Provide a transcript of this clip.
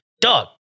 Dog